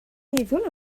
meddwl